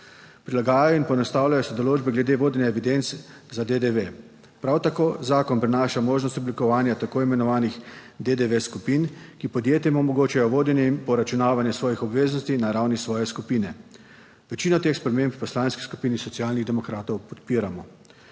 prilagajajo in poenostavljajo se določbe glede vodenja evidenc za DDV, prav tako zakon prinaša možnost oblikovanja tako imenovanih DDV skupin, ki podjetjem omogočajo vodenje in poračunavanje svojih obveznosti na ravni svoje skupine. Večino teh sprememb v Poslanski skupini Socialnih demokratov podpiramo.